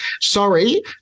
sorry